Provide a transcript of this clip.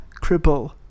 Cripple